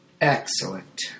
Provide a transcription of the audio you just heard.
Excellent